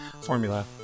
formula